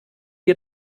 wir